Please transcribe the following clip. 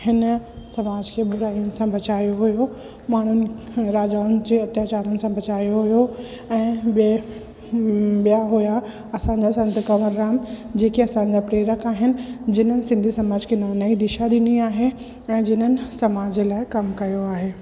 हिन समाज खे बुरायुनि सां बचायो हुयो माण्हुनि खे राजाउनि जे अत्याचारनि सां बचायो हुयो ऐं ॿे ॿिया हुया असांजा संत कंवरराम जेके असांजा प्रेरक आहिनि जिन सिंधी समाज खे नईं दिशा ॾिनी आहे ऐं जिन समाज लाइ कम कयो आहे